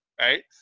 right